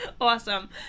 Awesome